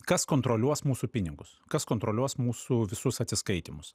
kas kontroliuos mūsų pinigus kas kontroliuos mūsų visus atsiskaitymus